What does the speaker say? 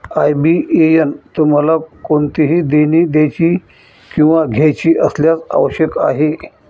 IBAN तुम्हाला कोणतेही देणी द्यायची किंवा घ्यायची असल्यास आवश्यक आहे